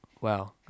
wow